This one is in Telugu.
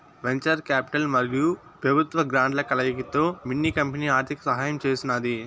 వెంచర్ కాపిటల్ మరియు పెబుత్వ గ్రాంట్ల కలయికతో మిన్ని కంపెనీ ఆర్థిక సహాయం చేసినాది